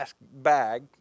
bag